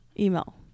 Email